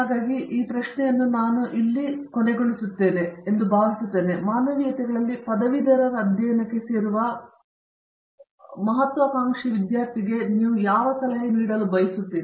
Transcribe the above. ಹಾಗಾಗಿ ಈ ಪ್ರಶ್ನೆ ನಾವು ಇಲ್ಲಿ ಮುಚ್ಚುತ್ತೇವೆ ಎಂದು ನಾನು ಭಾವಿಸುತ್ತೇನೆ ಮಾನವೀಯತೆಗಳಲ್ಲಿ ಪದವೀಧರ ಅಧ್ಯಯನಕ್ಕೆ ಸೇರುವ ಮಹತ್ವಾಕಾಂಕ್ಷೆಯ ವಿದ್ಯಾರ್ಥಿಗೆ ಯಾವ ಸಲಹೆ ನೀಡುವುದು